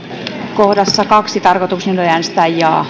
kohdassa kaksi tarkoitukseni oli äänestää jaa